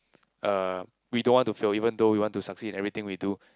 uh we don't want to fail even though we want to succeed in everything we do